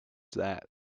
that